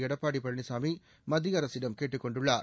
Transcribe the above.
எடப்பாடி பழனிசாமி மத்திய அரசிடம் கேட்டுக் கொண்டுள்ளார்